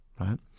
right